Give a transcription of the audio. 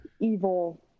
Evil